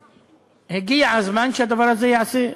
הגיע הזמן שהדבר הזה ייעשה.